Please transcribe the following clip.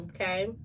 okay